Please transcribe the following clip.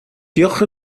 diolch